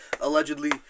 Allegedly